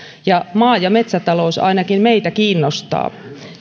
maa ja metsätalous ainakin meitä kiinnostaa